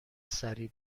سریع